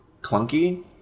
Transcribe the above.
clunky